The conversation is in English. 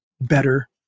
better